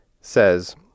says